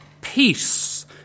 peace